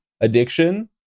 addiction